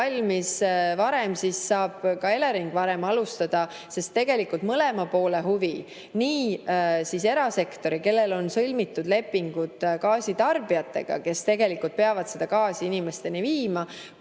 valmis, siis saab ka Elering varem alustada, sest tegelikult mõlema poole huvi – nii erasektori, kellel on sõlmitud lepingud gaasitarbijatega ja kes peavad seda gaasi inimesteni viima,